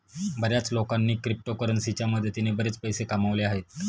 बर्याच लोकांनी क्रिप्टोकरन्सीच्या मदतीने बरेच पैसे कमावले आहेत